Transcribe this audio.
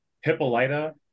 Hippolyta